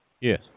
Yes